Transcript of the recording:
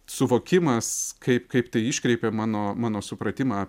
suvokimas kaip kaip tai iškreipė mano mano supratimą